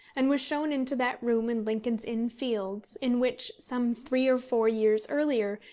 and was shown into that room in lincoln's inn fields in which, some three or four years earlier,